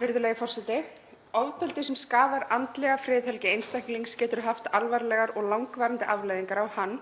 Virðulegur forseti. Ofbeldi sem skaðar andlega friðhelgi einstaklings getur haft alvarlegar og langvarandi afleiðingar á hann,